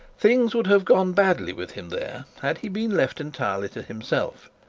things would have gone badly with him there had he been left entirely to himself.